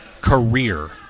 career